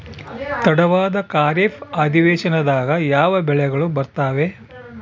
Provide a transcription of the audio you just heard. ತಡವಾದ ಖಾರೇಫ್ ಅಧಿವೇಶನದಾಗ ಯಾವ ಬೆಳೆಗಳು ಬರ್ತಾವೆ?